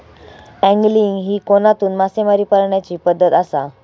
angling ही कोनातून मासेमारी करण्याची पद्धत आसा